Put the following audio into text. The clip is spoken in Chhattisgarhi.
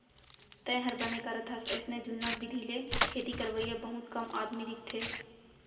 तैंहर बने करत हस अइसे जुन्ना बिधि ले खेती करवइया बहुत कम आदमी दिखथें